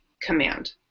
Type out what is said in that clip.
command